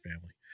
family